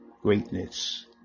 greatness